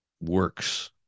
works